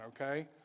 okay